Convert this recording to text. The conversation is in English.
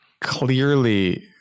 Clearly